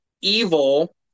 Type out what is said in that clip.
evil